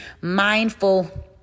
mindful